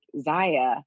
zaya